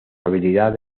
habilidad